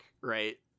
right